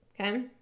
okay